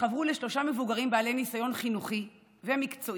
חברה לשלושה מבוגרים בעלי ניסיון חינוכי ומקצועי